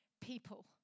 people